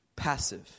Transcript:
Passive